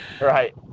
Right